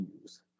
use